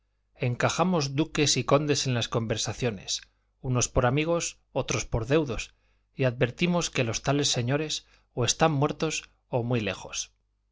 encajamos duques y condes en las conversaciones unos por amigos otros por deudos y advertimos que los tales señores o están muertos o muy lejos